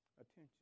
attention